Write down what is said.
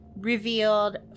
revealed